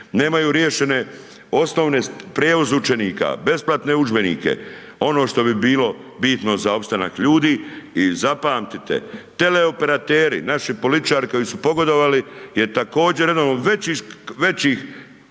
nemaju rješenje osnovne, prijevoz učenika, besplatne udžbenike ono što bi bilo bitno za opstanak ljudi i zapamtite. Teleoperateri, naši političari koji su pogodovali jer također jedan od većih